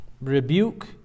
rebuke